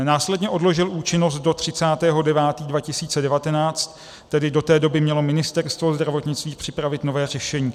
Následně odložil účinnost do 30. 9. 2019, tedy do té doby mělo Ministerstvo zdravotnictví připravit nové řešení.